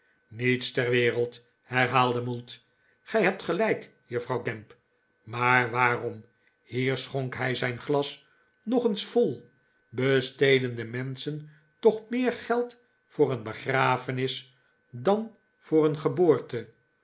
niets ter wereld herhaalde mould gij hebt gelijk juffrouw gamp maar waarom hier schonk hij zijn glas nog eens vol r besteden de menschen toch meer geld voor een begrafenis dan voor een geboorte